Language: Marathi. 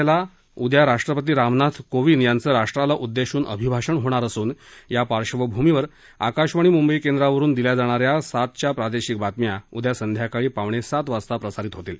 स्वातंत्र्यदिनाच्या पूर्व संध्येला उदया राष्ट्रपती रामनाथ कोविंद यांचं राष्ट्राला उददेशन अभिभाषण होणार असून या पार्श्वभूमीवर आकाशवाणी मुंबई केंद्रावरुन दिल्या जाणा या सातच्या प्रादेशिक बातम्या उद्या सायंकाळी पावणेसात वाजता प्रसारित होतील